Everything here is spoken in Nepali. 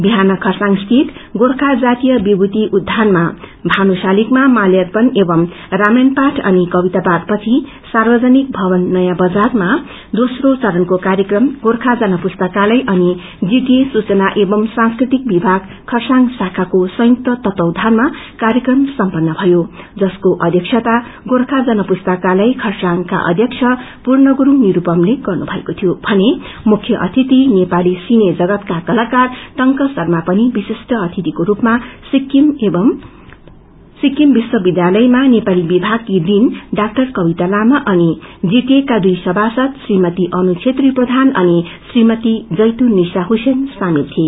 विहान खरसाङ सिति गोर्खा जातिय विमूति उच्यानमा भानु शालिगमा माल्यार्पण एवं रामाायण पाठ अनि कविता पाठ पछि सार्वजनिक भवन नयाँ बजारमा दोस्रो चरणको कार्यक्रम गोर्खा जन पुस्तालय अनि जीटिए एवं सांस्कृतिक विमाग खरसाङ शाखाको संयुक्त तत्ववायनमा कार्यक्रम सम्पन्न भयो जसको अध्यक्षता गोर्खाजन पुस्ताकलय खरसाङ अध्यक्ष पूर्ण गुरूङ निरूपमले गन्नुमएको थियो भने मुख्य अतिथि नेपाली सिने जगतको कलकार टंक शर्मा अनि विश्विठ अतिथिको रूपमा सिक्किम विश्व विध्यालयमा नेपाली विभागकी डा कविता लाामा अनि जीटिए का दुई सभासद श्रीमती अनु धेत्री प्रधान अनि श्रीमती जतैतुन निशा हुसैन शामेल थिए